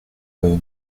nous